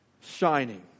shining